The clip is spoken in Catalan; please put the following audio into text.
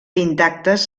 intactes